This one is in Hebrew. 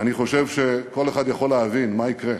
אני חושב שכל אחד יכול להבין מה יקרה,